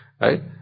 right